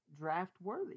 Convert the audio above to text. draft-worthy